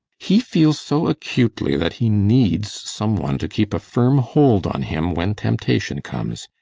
he feels so acutely that he needs some one to keep a firm hold on him when temptation comes.